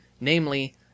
namely